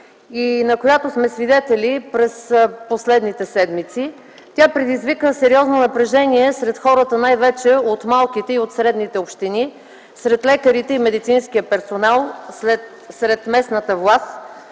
и на която сме свидетели през последните седмици. Тя предизвика сериозно напрежение сред хората, най-вече от малките и средни общини, сред лекарите и медицинския персонал, сред местната власт.